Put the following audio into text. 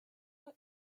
our